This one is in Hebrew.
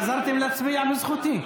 חזרתם להצביע בזכותי.